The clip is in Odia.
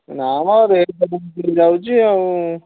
ନାଁ ମ ରେଟ୍ ତ ଯାଉଛି ଆଉ